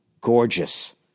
gorgeous